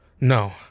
No